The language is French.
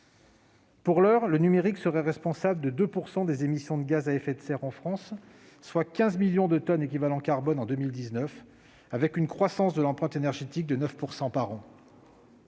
Pour l'heure, le numérique serait responsable de 2 % des émissions de gaz à effet de serre en France, soit 15 millions de tonnes d'équivalent carbone en 2019, avec une croissance de l'empreinte énergétique de 9 % par an.